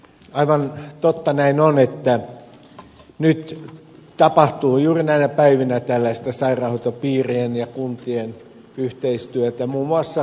aivan totta näin on että nyt juuri näinä päivinä tapahtuu tällaista sairaanhoitopiirien ja kuntien yhteistyötä muun muassa kotkassa